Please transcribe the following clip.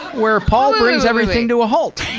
where paul brings everything to a halt!